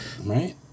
Right